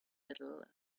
little